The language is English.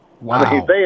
Wow